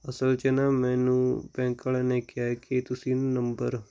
ਅਸਲ ਵਿੱਚ ਨਾ ਮੈਨੂੰ ਬੈਂਕ ਵਾਲਿਆਂ ਨੇ ਕਿਹਾ ਹੈ ਕਿ ਤੁਸੀਂ ਨੰਬਰ